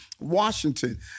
Washington